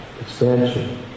expansion